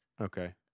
Okay